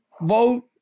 vote